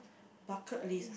bucket list